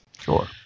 Sure